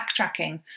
backtracking